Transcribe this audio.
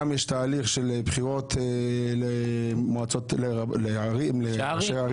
גם יש תהליך של בחירות לראשי ערים,